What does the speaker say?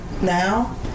now